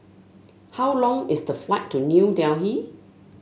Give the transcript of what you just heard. how long is the flight to New Delhi